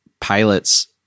pilots